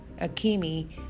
Akimi